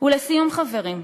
ולסיום, חברים,